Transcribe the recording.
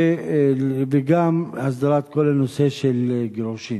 וגם הסדרת כל הנושא של גירושים.